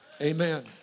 Amen